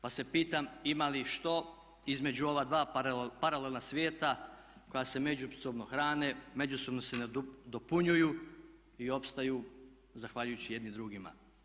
Pa se pita ima li što između ova dva paralelna svijeta koja se međusobno hrane, međusobno se nadopunjuju i opstaju zahvaljujući jedni drugima.